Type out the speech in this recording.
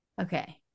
Okay